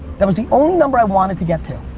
that was the only number i wanted to get to,